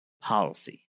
policy